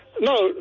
No